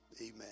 amen